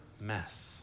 mess